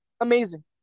amazing